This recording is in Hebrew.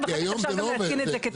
ואז אפשר לשים את זה כתקנה.